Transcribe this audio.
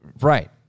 Right